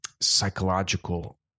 psychological